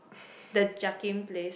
the place